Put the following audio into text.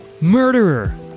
Murderer